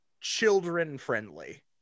children-friendly